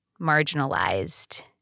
marginalized